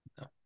No